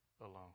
alone